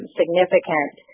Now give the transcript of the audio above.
significant